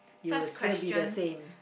you will still be the same